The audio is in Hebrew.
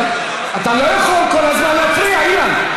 אבל אתה לא יכול כל הזמן להפריע, אילן.